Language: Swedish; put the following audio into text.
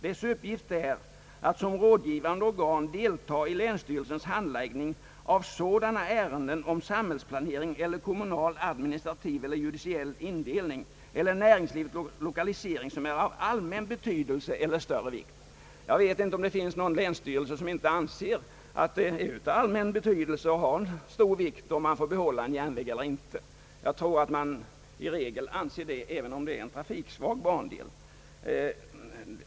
Dess uppgift är att som rådgivande organ deltaga i länsstyrelsens handläggning av sådana ärenden om samhällsplanering eller kommunal, administrativ eller judiciell indelning eller näringslivets lokalisering som är av allmän betydelse eller större vikt.» Jag vet inte om det finns någon länsstyrelse som inte anser att det är av allmän betydelse och av stor vikt om man får behålla en järnväg eller inte, Jag tror att man i regel anser det, även om det är fråga om en trafiksvag bandel.